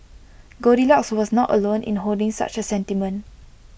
goldilocks was not alone in holding such A sentiment